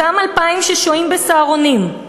אותם 2,000 ששוהים ב"סהרונים",